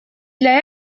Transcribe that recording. для